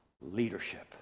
leadership